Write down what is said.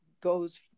goes